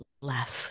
left